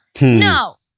no